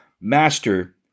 master